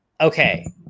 Okay